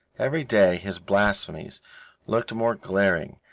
every day his blasphemies looked more glaring,